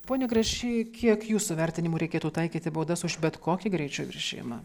pone grašy kiek jūsų vertinimu reikėtų taikyti baudas už bet kokį greičio viršijimą